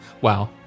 Wow